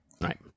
Right